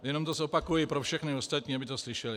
Jenom to zopakuji pro všechny ostatní, aby to slyšeli.